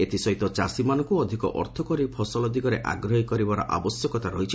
ଏଥିସହିତ ଚାଷୀମାନଙ୍କୁ ଅଧିକ ଅର୍ଥକାରୀ ଫସଲ ଦିଗରେ ଆଗ୍ରହୀ କରାଇବା ଆବଶ୍ୟକତା ରହିଛି